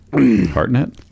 Hartnett